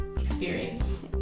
experience